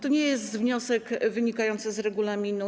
To nie jest wniosek wynikający z regulaminu.